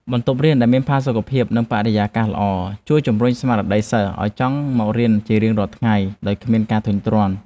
បន្ទប់រៀនដែលមានផាសុកភាពនិងបរិយាកាសល្អ ជួយជំរុញស្មារតីសិស្សឱ្យចង់មករៀនជារៀងរាល់ថ្ងៃដោយគ្មានការធុញទ្រាន់។